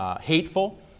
hateful